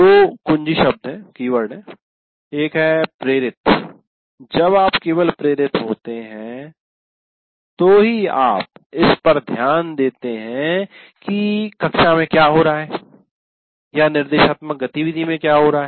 दो कुंजीशब्द कीवर्ड हैं एक है प्रेरित जब आप केवल प्रेरित होते हैं तो ही आप इस पर ध्यान देते हैं कि कक्षा में क्या हो रहा है या निर्देशात्मक गतिविधि में क्या हो रहा है